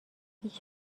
هیچ